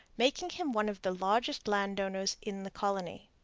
making him one of the largest landowners in the colony.